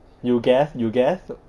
you guess you guess